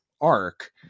arc